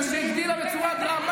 יש לך בחירה.